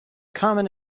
common